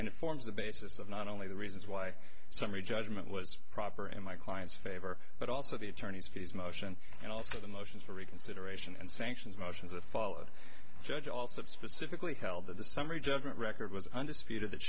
it forms the basis of not only the reasons why summary judgment was proper in my client's favor but also the attorney's fees motion and also the motions for reconsideration and sanctions motions that followed judge also specifically held that the summary judgment record was undisputed that